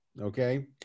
Okay